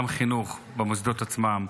גם חינוך במוסדות עצמם.